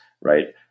right